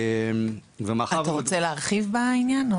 אתה רוצה להרחיב בעניין?